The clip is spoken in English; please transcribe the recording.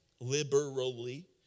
liberally